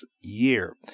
year